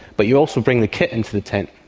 but you also bring the kit into the tent,